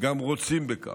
גם רוצים בכך.